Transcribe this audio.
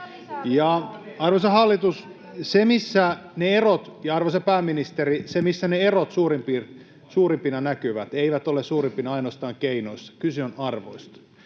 Arvoisa hallitus ja arvoisa pääministeri, se, missä ne erot suurimpina näkyvät, ei ole suurimpina ainoastaan keinoissa, vaan kyse on arvoista.